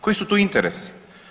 Koji su tu interesi?